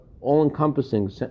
all-encompassing